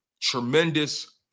tremendous